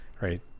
right